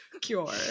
cure